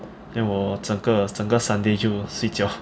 then 我整个整个 sunday 就睡觉